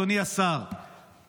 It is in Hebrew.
אדוני השר,